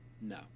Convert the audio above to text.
No